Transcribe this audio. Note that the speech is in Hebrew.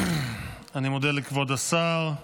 אני מודה לכבוד השר.